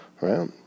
Right